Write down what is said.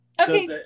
Okay